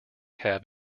have